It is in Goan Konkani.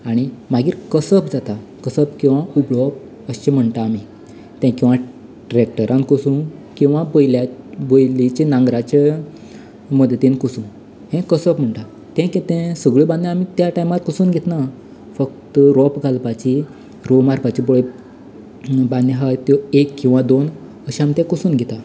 आनी मागीर कसब जाता कसब किंवा खुबळो अशें म्हणटा आमी तें किंवा ट्रेक्टरांत कसोवन किंवा बैल बैलाच्या नांगरीच्या मदतींत कसोवन हें कसब म्हणटात तें कितें सगल्यो बान आमी त्या टायमार कसोवन घेतना फकत रोंप घालपाची रोंव मारपाची पळय बाने आसा पळय त्यो एक किंवा दोन अशें ते कसोवन घेता